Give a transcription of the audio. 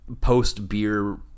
post-beer